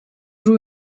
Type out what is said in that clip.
drew